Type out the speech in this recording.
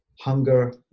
hunger